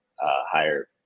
higher